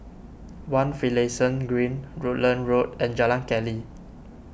one Finlayson Green Rutland Road and Jalan Keli